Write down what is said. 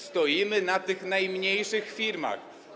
Stoimy na tych najmniejszych firmach.